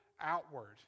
outward